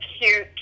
cute